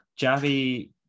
Javi